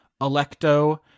Electo